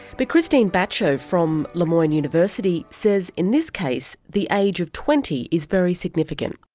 but krystine batcho from la moyne university says in this case the age of twenty is very significant.